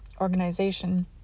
organization